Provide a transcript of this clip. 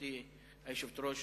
גברתי היושבת-ראש,